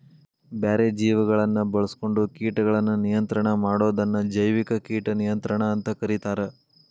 ಬ್ಯಾರೆ ಜೇವಿಗಳನ್ನ ಬಾಳ್ಸ್ಕೊಂಡು ಕೇಟಗಳನ್ನ ನಿಯಂತ್ರಣ ಮಾಡೋದನ್ನ ಜೈವಿಕ ಕೇಟ ನಿಯಂತ್ರಣ ಅಂತ ಕರೇತಾರ